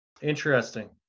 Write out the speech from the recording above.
Interesting